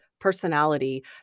personality